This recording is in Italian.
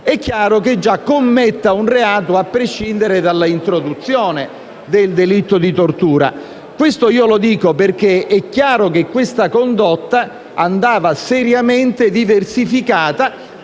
è chiaro che già commette un reato a prescindere dall'introduzione del delitto di tortura. Questo lo dico perché è chiaro che questa condotta andava seriamente diversificata,